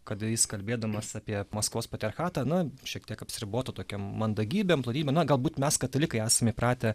kada jis kalbėdamas apie maskvos patriarchatą na šiek tiek apsiribotų tokiom mandagybėm plonybėm na galbūt mes katalikai esam įpratę